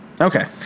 Okay